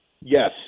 Yes